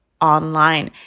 online